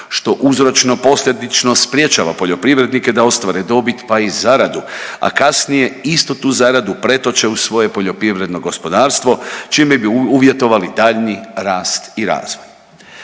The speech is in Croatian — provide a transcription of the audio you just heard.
što uzročno-posljedično sprječava poljoprivrednike da ostvare dobit pa i zaradu, a kasnije istu tu zaradu pretoče u svoje poljoprivredno gospodarstvo čime bi uvjetovali daljnji rast i razvoj.